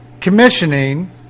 commissioning